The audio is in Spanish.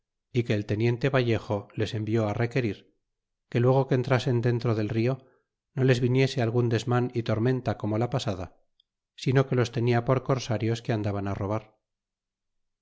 y que el teniente vallejo les envió requerir que luego se entrasen dentro del rio no les viniese algun desman y tormenta como la pasada sino que los tenia por corsarios que andaban á robar